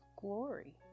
glory